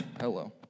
Hello